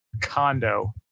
condo